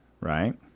right